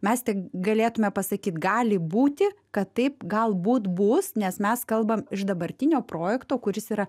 mes tik galėtume pasakyt gali būti kad taip galbūt bus nes mes kalbam iš dabartinio projekto kuris yra